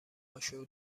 هاشو